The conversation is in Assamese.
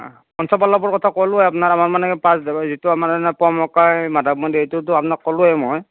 পঞ্চ পল্লৱৰ কথা ক'লোৱে আপোনাৰ আমাৰ মানে যিটো আমাৰ পোৱামক্কা মাধৱ মন্দিৰ সেইটোতো আপোনাক ক'লোৱে মই